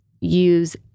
use